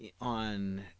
on